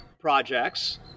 projects